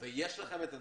יש לכם את הנתונים,